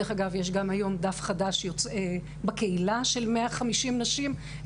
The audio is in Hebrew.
היום יש דף חדש בקהילה של 150 נשים.